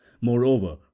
Moreover